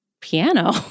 piano